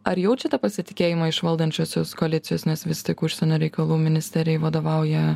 ar jaučiate pasitikėjimą iš valdančiosios koalicijos nes vis tik užsienio reikalų ministerijai vadovauja